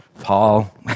Paul